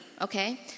Okay